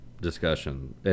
Discussion